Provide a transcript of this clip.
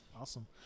Awesome